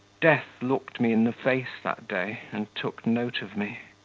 death looked me in the face that day and took note of me.